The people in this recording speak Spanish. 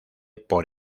por